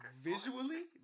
Visually